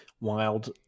wild